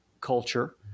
culture